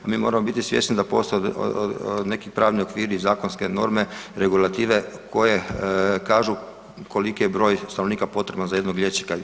Mi moramo biti svjesni da postoje neki pravni okviri i zakonske norme i regulative koje kažu koliki je broj stanovnika potreban za jednog liječnika.